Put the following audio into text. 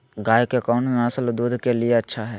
गाय के कौन नसल दूध के लिए अच्छा है?